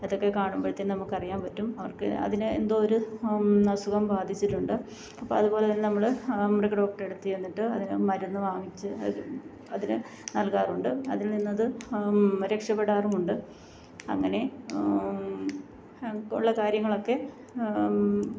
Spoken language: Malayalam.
അതൊക്കെ കാണുമ്പോഴ്ത്തേനും നമുക്കറിയാൻ പറ്റും അവർക്ക് അതിന് എന്തോ ഒരു അസുഖം ബാധിച്ചിട്ടുണ്ട് അപ്പോൾ അത് പോലെ തന്നെ നമ്മൾ മൃഗ ഡോക്ടറെടുത്ത് ചെന്നിട്ട് അതിന് മരുന്ന് വാങ്ങിച്ച് അതിന് നൽകാറുണ്ട് അതിൽ നിന്നത് രക്ഷപ്പെടാറുമുണ്ട് അങ്ങനെ ഉള്ള കാര്യങ്ങളൊക്കെ